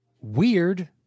weird